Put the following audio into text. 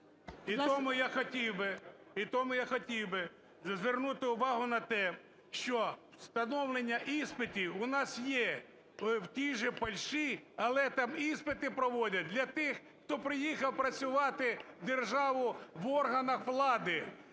І тому я хотів би звернути увагу на те, що встановлення іспитів у нас є, в тій же Польщі, але там іспити проводять для тих, хто приїхав працювати в державу в органах влади